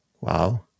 Wow